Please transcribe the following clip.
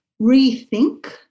rethink